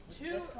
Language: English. two